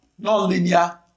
nonlinear